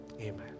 amen